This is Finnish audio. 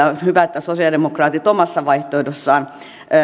on hyvä että sosiaalidemokraatit omassa vaihtoehdossaan